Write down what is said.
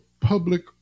public